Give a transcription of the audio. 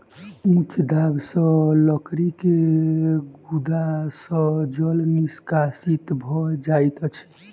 उच्च दाब सॅ लकड़ी के गुद्दा सॅ जल निष्कासित भ जाइत अछि